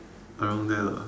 around there lah